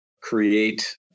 create